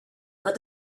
that